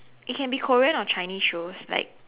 it can be Korean or Chinese shows like